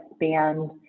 expand